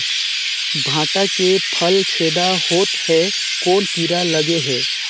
भांटा के फल छेदा होत हे कौन कीरा लगे हे?